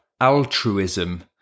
altruism